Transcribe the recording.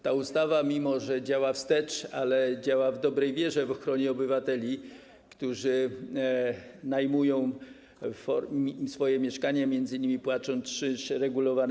Ta ustawa, mimo że działa wstecz, działa w dobrej wierze w ochronie obywateli, którzy najmują swoje mieszkania, m.in. płacąc czynsz regulowany.